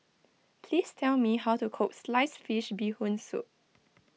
please tell me how to cook Sliced Fish Bee Hoon Soup